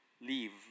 leave